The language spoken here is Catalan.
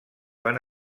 van